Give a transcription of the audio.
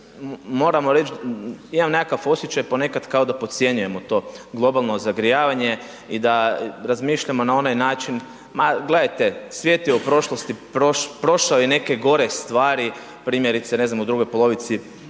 moramo reći, imam nekakav osjećaj ponekad kao da podcjenjujemo to globalno zagrijavanje, i da razmišljamo na onaj način, ma gledajte, svijet je u prošlosti, prošao je i neke gore stvari, primjerice, ne znam, u drugoj polovici